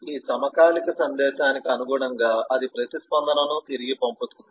ఈ సమకాలిక సందేశానికి అనుగుణంగా ఇది ప్రతిస్పందనను తిరిగి పంపుతుంది